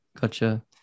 gotcha